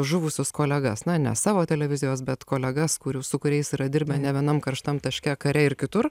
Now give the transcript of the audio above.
žuvusius kolegas na ne savo televizijos bet kolegas kurių su kuriais yra dirbę ne vienam karštam taške kare ir kitur